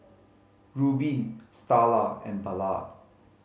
Rubin Starla and Ballard